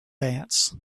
dance